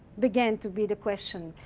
began to be the question.